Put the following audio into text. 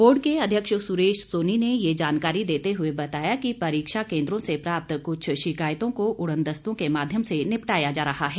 board के अध्यक्ष सुरेश सोनी ने यह जानकारी देते हुए बताया कि परीक्षा केन्द्रों से प्राप्त कुछ शिकायतों को उड़नदस्तों के माध्यम से निपटाया जा रहा है